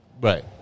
Right